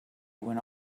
when